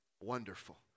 wonderful